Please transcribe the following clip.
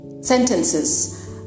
sentences